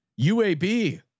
UAB